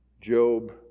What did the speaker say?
Job